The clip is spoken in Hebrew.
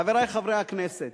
חברי חברי הכנסת,